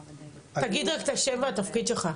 תגיד רק את השם והתפקיד שלך.